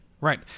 Right